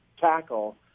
tackle